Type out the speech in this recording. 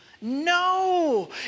no